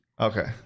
Okay